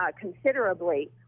considerably